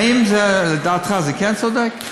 האם לדעתך זה צודק?